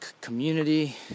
community